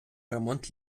ремонт